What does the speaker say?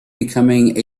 becoming